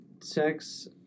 sex